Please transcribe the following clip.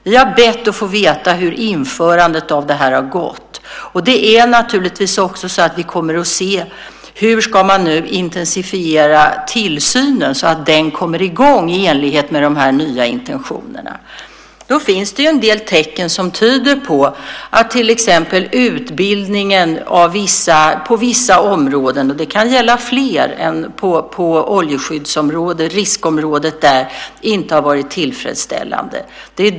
Vi har bett att få veta hur införandet gått, och vi kommer naturligtvis att titta på hur man nu kan intensifiera tillsynen så att den kommer i gång i enlighet med de nya intentionerna. Det finns en del tecken som tyder på att till exempel utbildningen på vissa områden inte varit tillfredsställande; det kan gälla fler områden än oljeskyddsområdet och riskerna där.